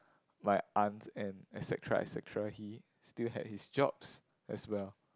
my aunt and et-cetera et-cetera he still had his jobs as well